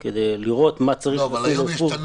היום יש את הנט.